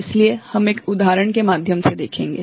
इसलिए हम एक उदाहरण के माध्यम से देखेंगे